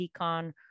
decon